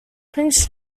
prince